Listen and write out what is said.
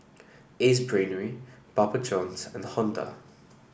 Ace Brainery Papa Johns and Honda